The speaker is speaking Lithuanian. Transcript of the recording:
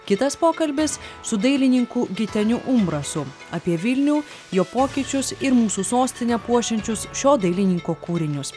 kitas pokalbis su dailininku giteniu umbrasu apie vilnių jo pokyčius ir mūsų sostinę puošiančius šio dailininko kūrinius